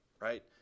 right